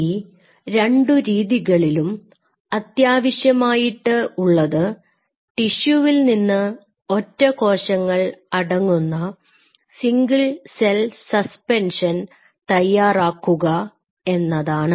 ഈ രണ്ടു രീതികളിലും അത്യാവശ്യം ആയിട്ട് ഉള്ളത് ടിഷ്യുവിൽ നിന്ന് ഒറ്റ കോശങ്ങൾ അടങ്ങുന്ന സിംഗിൾ സെൽ സസ്പെൻഷൻ തയ്യാറാക്കുക എന്നതാണ്